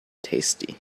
tasty